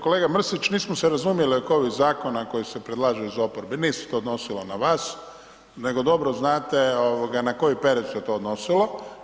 Kolega Mrsić mi smo se razumjeli oko ovih zakona koji se predlažu iz oporbe, nije se to odnosilo na vas nego dobro znate ovoga na koji period se to odnosilo.